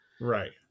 right